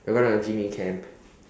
we're going to gym in camp